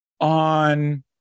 on